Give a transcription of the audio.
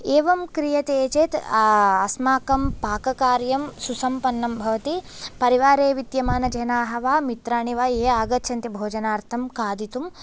एवं क्रियते चेत् अस्माकं पाककार्यं सुसम्पन्नं भवति परिवारे विद्यमानजनाः वा मित्राणि वा ये आगच्छन्ति भोजनार्थं खादितुं